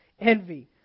envy